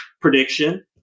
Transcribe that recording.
prediction